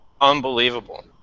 Unbelievable